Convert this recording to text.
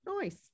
Nice